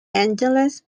angeles